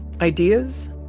ideas